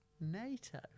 NATO